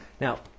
Now